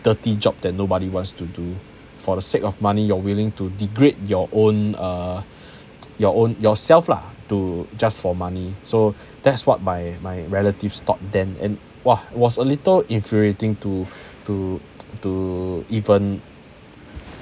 dirty job that nobody wants to do for the sake of money you're willing to degrade your own uh your own~ yourself lah to just for money so that's what my my relatives thought then and !wah! was a little infuriating to to to even